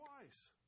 twice